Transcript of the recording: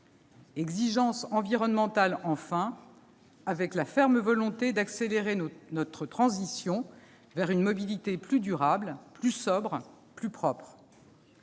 exigence environnementale, enfin, avec la ferme volonté d'accélérer notre transition vers une mobilité plus durable, plus sobre et plus propre.